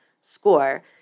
score